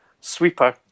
sweeper